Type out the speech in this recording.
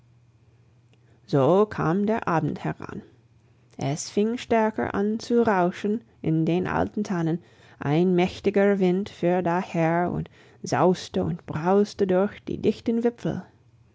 so kam der abend heran es fing stärker an zu rauschen in den alten tannen ein mächtiger wind fuhr daher und sauste und brauste durch die dichten wipfel